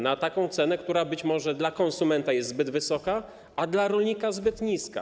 Na taką cenę, która być może dla konsumenta jest zbyt wysoka, a dla rolnika zbyt niska.